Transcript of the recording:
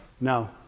No